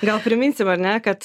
gal priminsim ar ne kad